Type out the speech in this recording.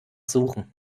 suchen